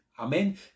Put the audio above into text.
Amen